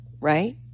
right